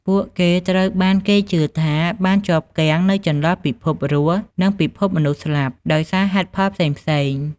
ពួកគេត្រូវបានគេជឿថាបានជាប់គាំងនៅចន្លោះពិភពរស់ និងពិភពមនុស្សស្លាប់ ដោយសារហេតុផលផ្សេងៗ។